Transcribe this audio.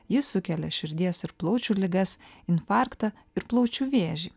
jis sukelia širdies ir plaučių ligas infarktą ir plaučių vėžį